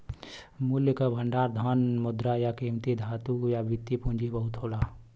मूल्य क भंडार धन, मुद्रा, या कीमती धातु या वित्तीय पूंजी वस्तु होला